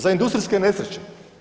Za industrijske nesreće.